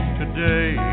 today